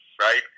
right